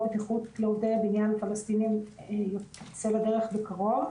בטיחות לעובדי הבניין הפלסטינים יוצא לדרך בקרוב.